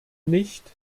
nicht